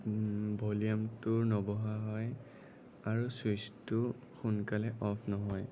ভলিউমটো নবঢ়া হয় আৰু চুইছটো সোনকালে অফ নহয়